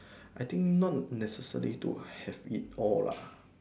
I think not necessary to have it all lah